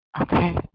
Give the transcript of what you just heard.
okay